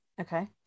okay